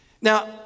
Now